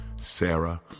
Sarah